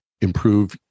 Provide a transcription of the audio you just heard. improve